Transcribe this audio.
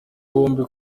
bombi